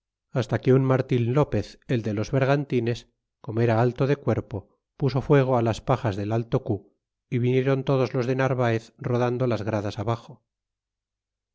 hasta que un martin lopez el de los vergantines como era alto de cuerpo puso fuego las pajas del alto cu y vinieron todos los de narvaez rodando las gradas abaxo